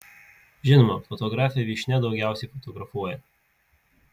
žinoma fotografė vyšnia daugiausiai fotografuoja